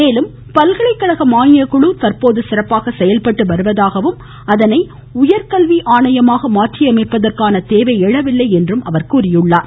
மேலும் பல்கலைக்கழக மானிய குழு தற்போது சிறப்பாக செயல்பட்டு வருவதாகவும் அதனை உயர்கல்வி ஆணையமாக மாற்றியமைப்பதற்கான தேவை எழவில்லை என்றும் அவர் சுட்டிக்காட்டியுள்ளார்